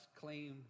claim